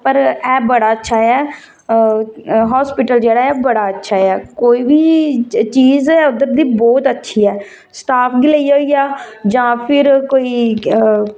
पर है बड़ा अचछा ऐ हाॅस्पिटल जेहड़ा ऐ बड़ा अच्छा ऐ कोई बी चीज ऐ उद्धर दी बहुत अच्छी ऐ स्टाफ गी लेइये होई गेआ जां फिर कोई